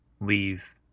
leave